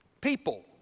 People